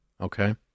Okay